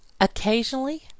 Occasionally